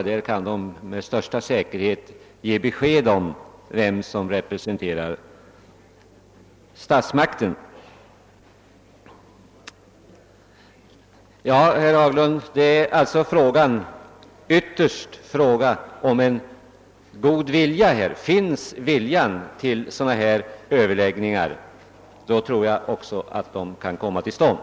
Där kan man med största säkerhet ge besked om vem som skall representera statsmakterna. Frågan är alltså, herr Haglund, ytterst om god vilja. Finns vilja till sådana här överläggningar tror jag också att de kan komma till stånd.